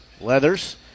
Leathers